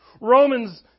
Romans